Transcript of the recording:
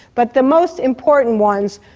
but the most important ones,